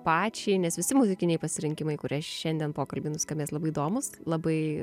pačiai nes visi muzikiniai pasirinkimai kurie šiandien pokalby nuskambės labai įdomūs labai